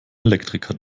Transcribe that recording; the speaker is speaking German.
elektriker